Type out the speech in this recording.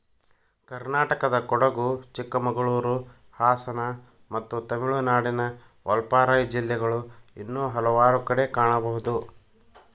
ಕರ್ನಾಟಕದಕೊಡಗು, ಚಿಕ್ಕಮಗಳೂರು, ಹಾಸನ ಮತ್ತು ತಮಿಳುನಾಡಿನ ವಾಲ್ಪಾರೈ ಜಿಲ್ಲೆಗಳು ಇನ್ನೂ ಹಲವಾರು ಕಡೆ ಕಾಣಬಹುದು